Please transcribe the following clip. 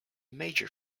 major